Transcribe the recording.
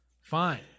Fine